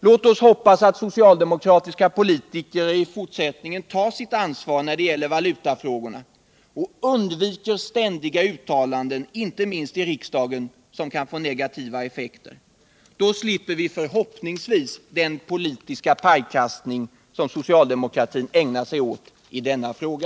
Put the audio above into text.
Låt oss hoppas att socialdemokratiska politiker i fortsättningen tar sitt ansvar när det gäller valutafrågorna och undviker ständiga uttalanden, inte minst i riksdagen, som kan få negativa effekter. Då slipper vi förhoppningsvis den politiska pajkastning som socialdemokratin ägnat sig åt i denna fråga.